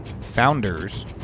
founders